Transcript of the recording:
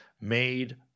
made